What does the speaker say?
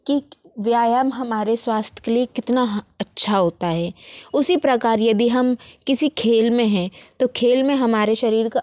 कि व्यायाम हमारे स्वास्थ्य के लिए कितना अच्छा होता है उसी प्रकार यदि हम किसी खेल में हैं तो खेल में हमारे शरीर का